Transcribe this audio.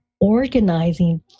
organizing